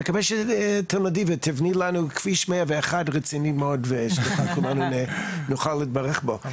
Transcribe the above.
אני מקווה שתלמדי ותבני לנו כביש 101 רציני מאוד וכולנו נוכל להתברך בו.